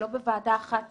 שלא בוועדה אחת